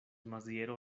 maziero